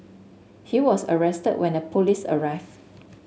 he was arrested when the police arrived